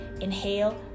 inhale